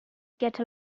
get